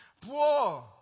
Poor